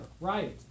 right